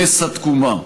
נס התקומה.